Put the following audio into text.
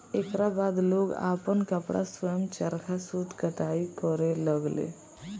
एकरा बाद लोग आपन कपड़ा स्वयं चरखा सूत कताई करे लगले